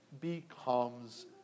becomes